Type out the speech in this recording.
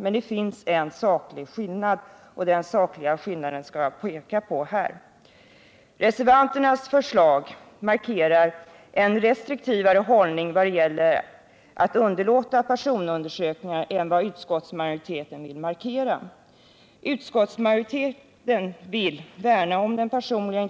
Men det finns en saklig skillnad, och den skall jag peka på. Reservanternas förslag markerar en restriktivare hållning i vad gäller att underlåta att göra personundersökningar än vad utskottsmajoriteten vill markera. Utskottsmajoriteten vill värna om den personliga